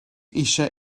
eisiau